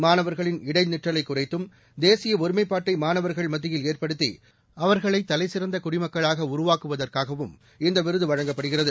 மாணவர்களின் இடைநிற்றலை குறைத்தும் தேசிய இருமைப்பாட்டை மாணவர்கள் மத்தியில் ஏற்படுத்தி அவர்களை தலைசிறந்த குடிமக்களாக உருவாக்கியதற்காகவும் இந்த விருது வழங்கப்படுகிறது